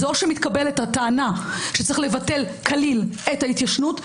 זה או שמתקבלת הטענה שצריך לבטל כליל את ההתיישנות,